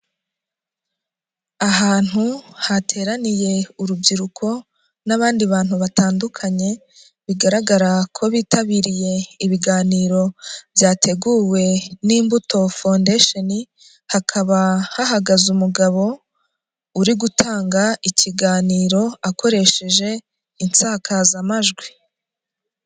Ahantu hateraniye urubyiruko n'abandi bantu batandukanye, bigaragara ko bitabiriye ibiganiro byateguwe n'imbuto fondeshoni, hakaba hahagaze umugabo uri gutanga ikiganiro akoresheje insakazamajwi.